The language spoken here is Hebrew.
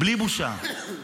בלי בושה.